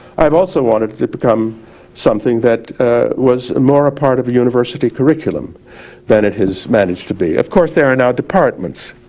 i've also wanted to become something that was more a part of a university curriculum than it has managed to be. of course there are now departments,